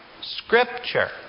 Scripture